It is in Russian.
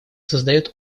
создает